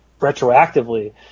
retroactively